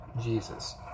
Jesus